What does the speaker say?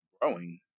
growing